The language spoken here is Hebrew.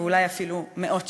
ואולי אפילו מאות שנים.